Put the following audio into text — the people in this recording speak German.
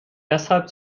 deshalb